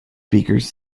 speakers